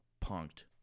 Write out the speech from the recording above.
punked